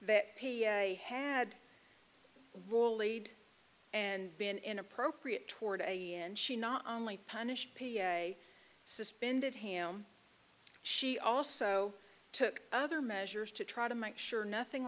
that he had rolaids and been inappropriate toward a and she not only punished p a suspended ham she also took other measures to try to make sure nothing